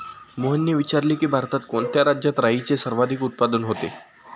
मोहनने विचारले की, भारतात कोणत्या राज्यात राईचे सर्वाधिक उत्पादन होते?